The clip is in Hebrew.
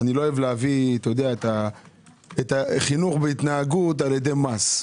אני לא אוהב להביא את החינוך בהתנהגות על ידי מס.